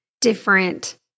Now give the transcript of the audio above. different